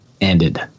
ended